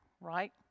right